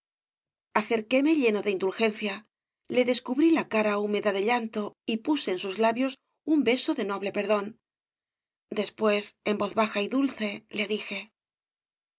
acerquéme lleno de indulgencia le descubrí la cara húmeda de llanto y puse en sus labios un beso de noble perdón después en voz baja y dulce le dije